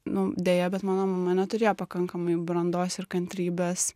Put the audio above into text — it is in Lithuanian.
nu deja bet mano mama neturėjo pakankamai brandos ir kantrybės